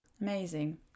Amazing